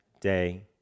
day